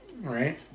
Right